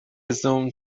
زوم